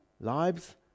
lives